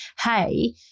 hey